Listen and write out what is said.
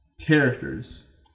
characters